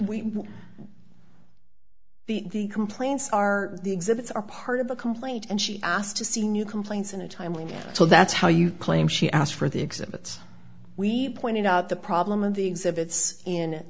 the complaints are the exhibits are part of the complaint and she asked to see new complaints in a timely so that's how you claim she asked for the exhibits we pointed out the problem of the exhibits